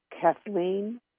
Kathleen